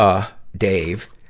ah, dave.